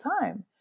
time